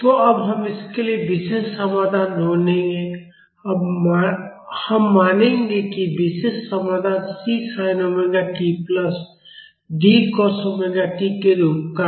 तो अब हम इसके लिए विशेष समाधान ढूंढेंगे हम मानेंगे कि विशेष समाधान C sin omega t plus D cos omega t के रूप का है